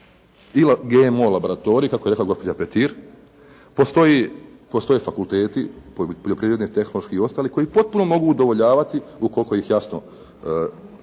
i GMO laboratorij kako je rekla gospođa Petir, postoje fakulteti poljoprivredni, tehnološki i ostali koji potpuno mogu udovoljavati ukoliko ih jasno